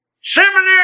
seminary